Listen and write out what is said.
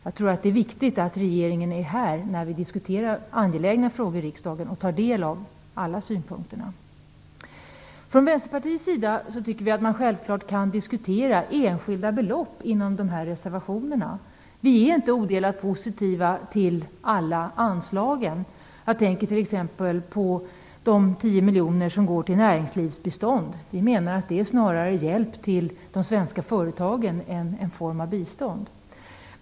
Jag tror att det är viktigt att regeringen är här och tar del av alla synpunkter när vi diskuterar angelägna frågor i riksdagen. Från Vänsterpartiets sida tycker vi att man självklart kan diskutera enskilda belopp inom de här reservationerna. Vi är inte odelat positiva till alla anslagen. Jag tänker t.ex. på de 10 miljoner som går till näringslivsbistånd. Vi menar att det snarare är hjälp till de svenska företagen än en form av bistånd.